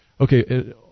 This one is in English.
Okay